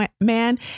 man